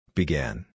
began